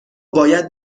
باید